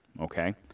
Okay